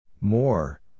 More